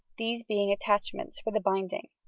these being attachments for the binding,